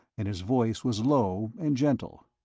and his voice was low and gentle.